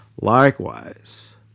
Likewise